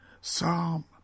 Psalm